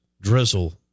drizzle